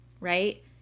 right